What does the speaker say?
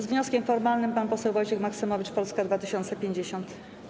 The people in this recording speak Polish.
Z wnioskiem formalnym pan poseł Wojciech Maksymowicz, Polska 2050.